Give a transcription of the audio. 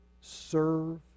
serve